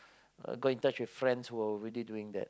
got in touch with friends who were already doing that